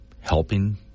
helping